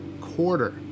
quarter